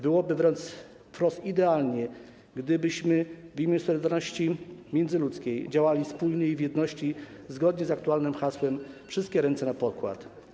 Byłoby wprost idealnie, gdybyśmy w imię solidarności międzyludzkiej działali wspólnie i w jedności, zgodnie z aktualnym hasłem: Wszystkie ręce na pokład.